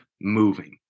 moving